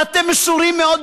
ואתם מסורים מאוד,